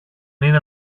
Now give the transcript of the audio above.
είναι